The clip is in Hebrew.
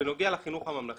בנוגע לחינוך הממלכתי-דתי,